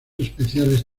especiales